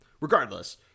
regardless